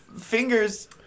fingers